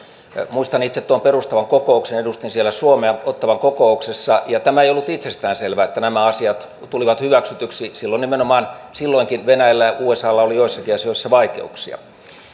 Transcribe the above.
muistan itse tuon perustavan kokouksen edustin suomea siellä ottawan kokouksessa ja tämä ei ollut itsestäänselvää että nämä asiat tulivat hyväksytyiksi silloinkin nimenomaan venäjällä ja usalla oli joissakin asioissa vaikeuksia